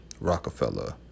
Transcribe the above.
Rockefeller